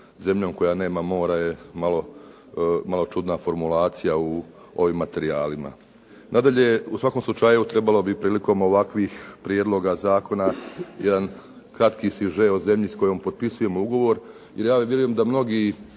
zemljom koja nema more je malo čudna formulacija u ovim materijalima. Nadalje, u svakom slučaju trebalo bi prilikom ovakvih prijedloga zakona jedan kratki siže o zemlji s kojom potpisujemo ugovor. Jer ja vjerujem da mnogi,